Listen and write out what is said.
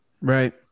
right